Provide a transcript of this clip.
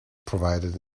provided